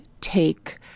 take